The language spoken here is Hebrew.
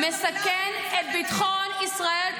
הוצאת את המילה הזאת ----- מסכן את ביטחון ישראל,